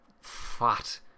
fat